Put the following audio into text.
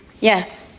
Yes